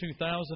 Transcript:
2000